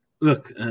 Look